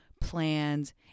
plans